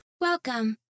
Welcome